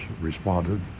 responded